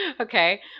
okay